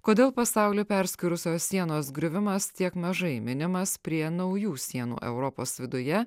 kodėl pasaulį perskyrusios sienos griuvimas tiek mažai minimas prie naujų sienų europos viduje